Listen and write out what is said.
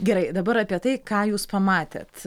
gerai dabar apie tai ką jūs pamatėt